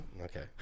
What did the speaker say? Okay